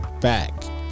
back